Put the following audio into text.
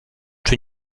czy